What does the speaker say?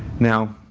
now,